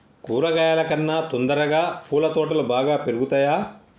కూరగాయల కన్నా తొందరగా పూల తోటలు బాగా పెరుగుతయా?